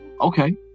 Okay